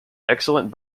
excellent